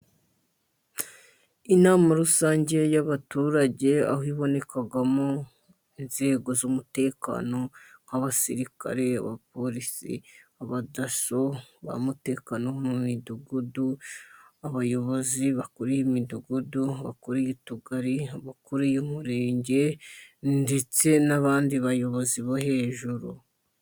Inama rusange y'abaturage aho ibonekamo inzego z'umutekano nk' abasirikare, abapolisi, abadaso, ba mutekano bo mu midugudu, abayobozi bakuriye imidugudu, abakuriye utugari, abakuriye umurenge ndetse n'abandi bayobozi bo hejuru.